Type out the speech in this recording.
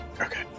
Okay